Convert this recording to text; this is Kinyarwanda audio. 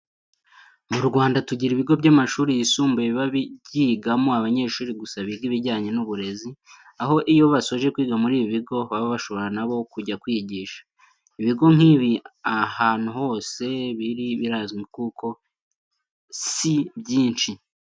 Mu Rwanda tugira ibigo by'amashuri yisumbuye biba byigamo abanyeshuri gusa biga ibijyanye n'uburezi, aho iyo basoje kwiga muri ibi bigo baba bashobora na bo kujya kwigisha. Ibigo nk'ibi ahantu hose biri birazwi kuko si byinshi.